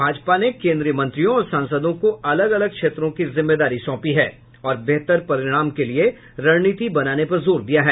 भाजपा ने केन्द्रीय मंत्रियों और सांसदों को अलग अलग क्षेत्रों की जिम्मेदारी सौंपी है और बेहतर परिणाम के लिए रणनीति बनाने पर जोर दिया है